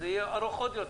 אז זה יהיה ארוך עוד יותר.